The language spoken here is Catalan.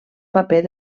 paper